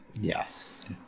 Yes